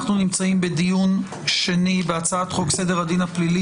אנחנו נמצאים בדיון שני בהצעת חוק סדר הדין הפלילי